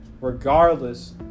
regardless